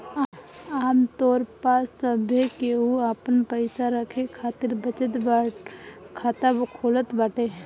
आमतौर पअ सभे केहू आपन पईसा रखे खातिर बचत खाता खोलत बाटे